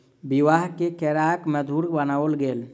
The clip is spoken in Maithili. विवाह में केराक मधुर बनाओल गेल